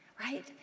right